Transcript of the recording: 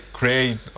create